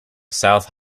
south